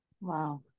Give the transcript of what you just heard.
Wow